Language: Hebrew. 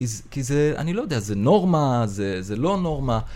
כי זה, אני לא יודע, זה נורמה, זה לא נורמה.